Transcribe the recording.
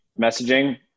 messaging